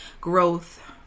growth